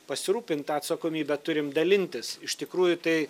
pasirūpint tą atsakomybę turim dalintis iš tikrųjų tai